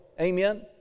Amen